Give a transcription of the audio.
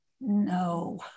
no